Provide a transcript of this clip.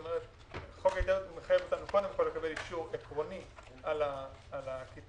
החוק מחייב אותנו קודם כול לקבל אישור עקרוני על השימוש